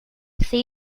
see